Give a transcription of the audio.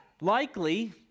Likely